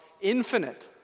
infinite